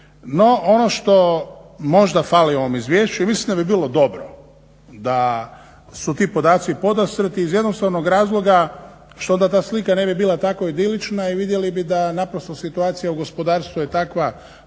No, ono što možda fali u ovom izvješću i mislim da bi bilo dobro da su ti podaci podastrti iz jednostavnog razloga što onda ta slika ne bi bila tako idilična i vidjeli bi da naprosto situacija u gospodarstvu je takva